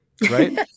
right